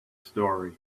story